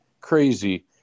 crazy